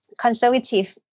conservative